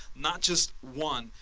not just one.